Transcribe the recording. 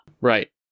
Right